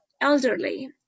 elderly